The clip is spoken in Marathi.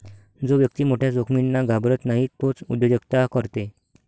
जो व्यक्ती मोठ्या जोखमींना घाबरत नाही तोच उद्योजकता करते